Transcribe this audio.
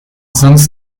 sonst